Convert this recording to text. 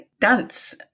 dance